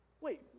wait